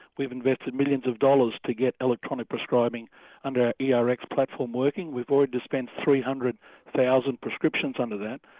we've invested millions of dollars to get electronic prescribing under yeah our erx platform working, we've already dispensed three hundred thousand prescriptions under that,